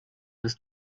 ist